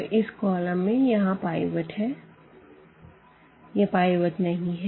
तो इस कॉलम में यहाँ पाइवट है यह पाइवट नहीं है